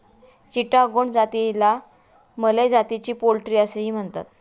चिटागोंग जातीला मलय जातीची पोल्ट्री असेही म्हणतात